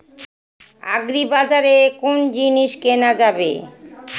আগ্রিবাজারে কোন জিনিস কেনা যাবে?